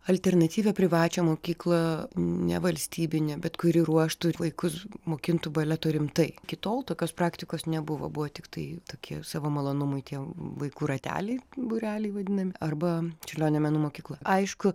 alternatyvią privačią mokyklą nevalstybinę bet kuri ruoštų ir vaikus mokintų baleto rimtai iki tol tokios praktikos nebuvo buvo tiktai tokie savo malonumui tie vaikų rateliai būreliai vadinami arba čiurlionio menų mokykla aišku